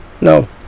No